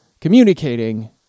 communicating